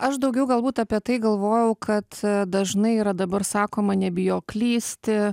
aš daugiau galbūt apie tai galvojau kad dažnai yra dabar sakoma nebijok klysti